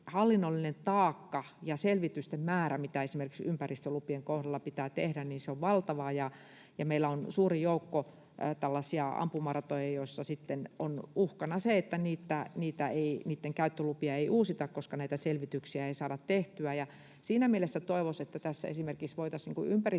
hallinnollinen taakka ja niiden selvitysten määrä, mitä esimerkiksi ympäristölupien kohdalla pitää tehdä, ovat valtavia. Ja meillä on suuri joukko tällaisia ampumaratoja, joissa sitten on uhkana se, että niitten käyttölupia ei uusita, koska näitä selvityksiä ei saada tehtyä. Siinä mielessä toivoisin, että tässä esimerkiksi voitaisiin ympäristöministeriön